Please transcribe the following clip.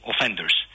offenders